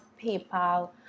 PayPal